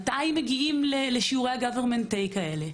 מתי מגיעים לשיעורי ה- government take האלה?